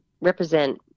represent